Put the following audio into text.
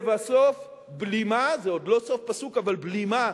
ולבסוף בלימה, זה עוד לא סוף פסוק, אבל בלימה